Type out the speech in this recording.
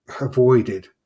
avoided